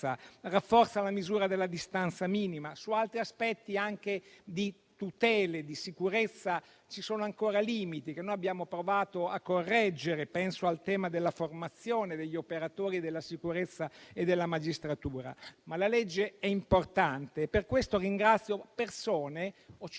rafforza la misura della distanza minima. Su altri aspetti, anche di tutele di sicurezza, ci sono ancora limiti che abbiamo provato a correggere: penso al tema della formazione degli operatori della sicurezza e della magistratura. La legge però è importante e perciò ringrazio persone - ne